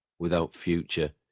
without future,